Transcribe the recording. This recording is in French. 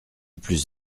plus